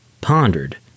pondered